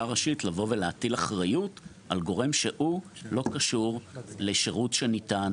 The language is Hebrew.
ראשית לבוא ולהטיל אחריות על גורם שהוא לא קשור לשירות שניתן,